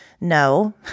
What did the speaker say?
no